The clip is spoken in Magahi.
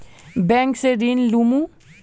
बैंक से ऋण लुमू?